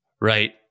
Right